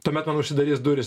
tuomet man užsidarys durys